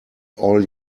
all